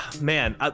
Man